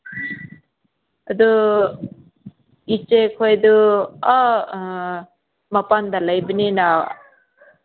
ꯑꯗꯨ ꯏꯆꯦ ꯈꯣꯏꯗꯨ ꯑꯥ ꯃꯄꯥꯜꯗ ꯂꯩꯕꯅꯤꯅ